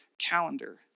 calendar